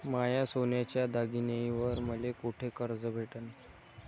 माया सोन्याच्या दागिन्यांइवर मले कुठे कर्ज भेटन?